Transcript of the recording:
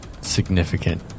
significant